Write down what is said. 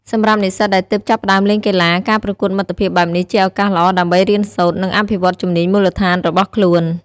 សម្រាប់និស្សិតដែលទើបចាប់ផ្ដើមលេងកីឡា ការប្រកួតមិត្តភាពបែបនេះជាឱកាសល្អដើម្បីរៀនសូត្រ និងអភិវឌ្ឍជំនាញមូលដ្ឋានរបស់ខ្លួន។